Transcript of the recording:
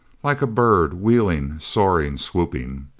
like a bird, wheeling, soaring, swooping.